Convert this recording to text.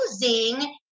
using